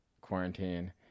quarantine